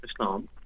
Islam